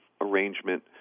arrangement